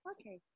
Okay